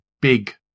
big